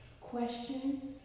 Questions